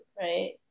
right